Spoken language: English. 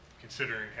considering